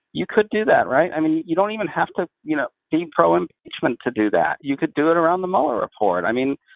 you could do that, right? i mean, you don't even have to you know be pro-impeachment to do that. you could do it around the mueller report. i mean,